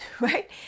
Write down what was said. right